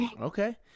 Okay